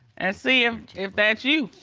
and see if, if that's you.